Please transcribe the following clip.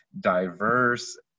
diverse